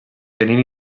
tenien